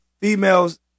females